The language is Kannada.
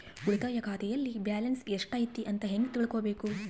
ಉಳಿತಾಯ ಖಾತೆಯಲ್ಲಿ ಬ್ಯಾಲೆನ್ಸ್ ಎಷ್ಟೈತಿ ಅಂತ ಹೆಂಗ ತಿಳ್ಕೊಬೇಕು?